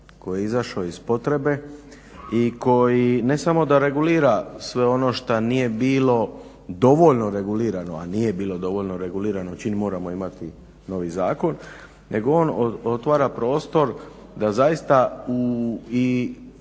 koji je izašao iz potrebe. I koji ne samo da regulira sve ono šta nije bilo dovoljno regulirano a nije bilo dovoljno regulirano čim moramo imati novi zakon nego on otvara prostor da zaista